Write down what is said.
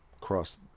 cross